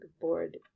board